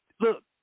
Look